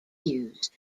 used